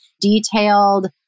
detailed